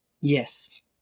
Yes